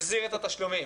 החזיר את התשלומים,